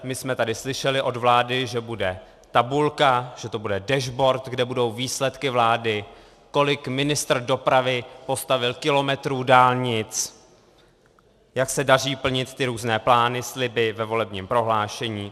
My jsme tady slyšeli od vlády, že bude tabulka, že to bude dashboard, kde budou výsledky vlády, kolik ministr dopravy postavil kilometrů dálnic, jak se daří plnit ty různé plány, sliby ve volebním prohlášení.